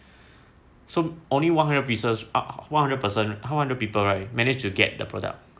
so only one hundred pieces one hundred person one hundred people right managed to get the product